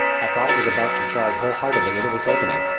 i thought it was about to charge wholeheartedly into this opening,